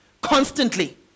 constantly